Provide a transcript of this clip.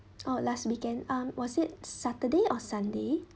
oh last weekend um was it saturday or sunday